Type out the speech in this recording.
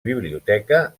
biblioteca